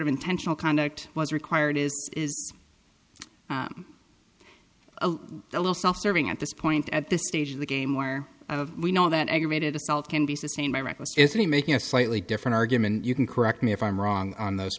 of intentional conduct was required is a little self serving at this point at this stage of the game where we know that aggravated assault can be sustained by reckless isn't he making a slightly different argument you can correct me if i'm wrong on those